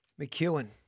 McEwen